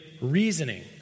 reasoning